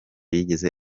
yigeze